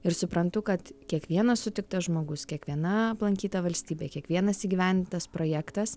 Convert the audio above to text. ir suprantu kad kiekvienas sutiktas žmogus kiekviena aplankyta valstybė kiekvienas įgyvendintas projektas